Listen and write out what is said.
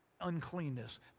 uncleanness